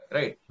Right